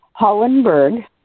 Hollenberg